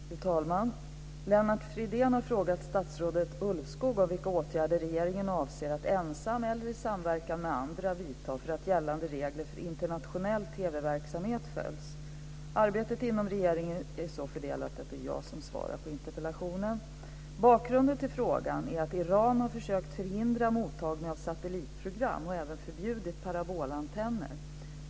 Fru talman! Lennart Fridén har frågat statsrådet Ulvskog om vilka åtgärder regeringen avser att ensam eller i samverkan med andra vidta för att gällande regler för internationell TV-verksamhet följs. Arbetet inom regeringen är så fördelat att det är jag som svarar på interpellationen. Bakgrunden till frågan är att Iran har försökt förhindra mottagning av satellitprogram och även förbjudit parabolantenner.